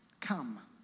Come